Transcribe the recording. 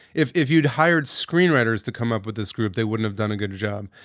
if if you'd hired screenwriters to come up with this group, they wouldn't have done a good job.